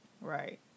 right